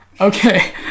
okay